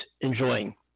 enjoying